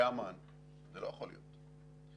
באמ"ן זה לא יכול להיות,